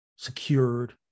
secured